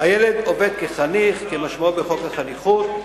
הילד עובד כחניך, כמשמעותו בחוק החניכות,